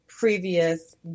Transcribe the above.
previous